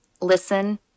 listen